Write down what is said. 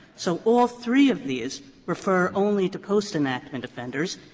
so all three of these refer only to postenactment offenders.